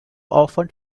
often